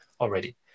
already